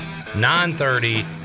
930